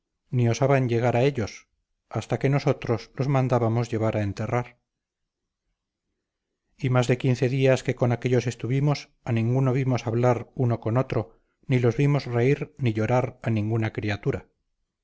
ni osaban llegar a ellos hasta que nosotros los mandábamos llevar a enterrar y más de quince días que con aquéllos estuvimos a ninguno vimos hablar uno con otro ni los vimos reír ni llorar a ninguna criatura